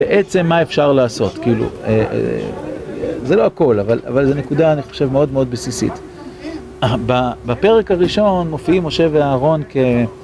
בעצם מה אפשר לעשות? כאילו זה לא הכל, אבל אבל זה נקודה אני חושב מאוד מאוד בסיסית. בפרק הראשון מופיעים משה ואהרן כ...